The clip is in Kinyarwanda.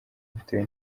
bitewe